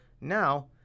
Now